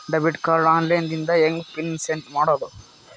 Debit card online ದಿಂದ ಹೆಂಗ್ pin set ಮಾಡೋದು?